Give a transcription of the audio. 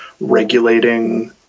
regulating